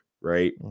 right